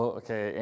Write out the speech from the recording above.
okay